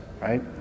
right